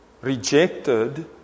rejected